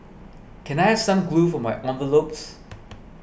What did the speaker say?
can I have some glue for my envelopes